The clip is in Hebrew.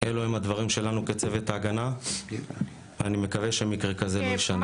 אלו הם הדברים שלנו כצוות ההגנה ואני מקווה שמקרה כזה לא יישנה.